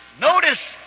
Notice